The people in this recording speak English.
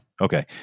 Okay